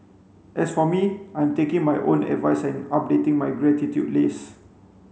as for me I'm taking my own advice and updating my gratitude list